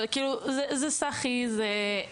זה ׳סאחי׳,